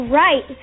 right